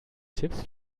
tipps